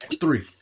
Three